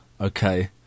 okay